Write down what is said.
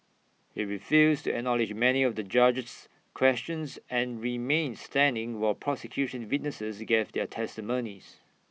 he refused acknowledge many of the judge's questions and remained standing while prosecution witnesses gave their testimonies